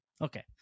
Okay